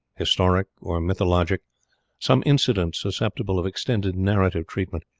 historic, or mythologic some incident susceptible of extended narrative treatment.